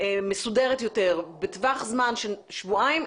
מסודרת יותר בטווח זמן של שבועיים,